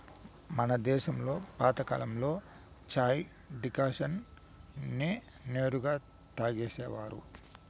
మన దేశంలో పాతకాలంలో చాయ్ డికాషన్ నే నేరుగా తాగేసేవారు